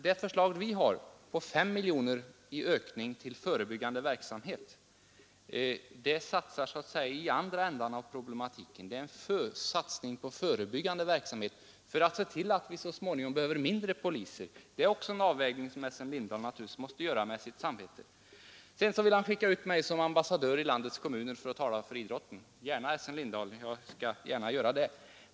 Vårt förslag om en ökning med 5 miljoner kronor för förebyggande verksamhet satsas så att säga i andra ändan av problematiken — det är en satsning på förebyggande verksamhet för att vi så småningom skall behöva färre poliser. Detta är en avvägning som Essen Lindahl också måste göra med sitt samvete. Essen Lindahl vill skicka ut mig som ambassadör i landets kommuner för att tala om idrotten. Det skall jag gärna göra.